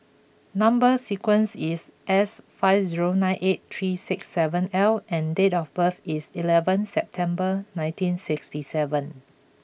number sequence is S five zero nine eight three six seven L and date of birth is eleven September nineteen sixty seven